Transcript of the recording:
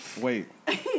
wait